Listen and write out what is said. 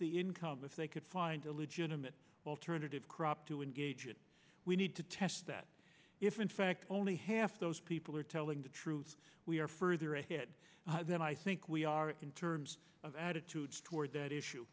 the income if they could and a legitimate alternative crop to engage it we need to test that if in fact only half those people are telling the truth we are further ahead than i think we are in terms of attitudes toward that issue